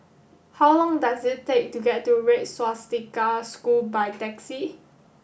how long does it take to get to Red Swastika School by taxi